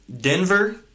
Denver